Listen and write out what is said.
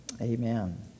Amen